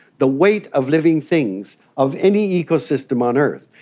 the weight of living things, of any ecosystem on earth.